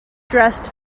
dressed